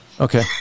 Okay